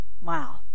wow